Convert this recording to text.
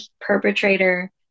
perpetrator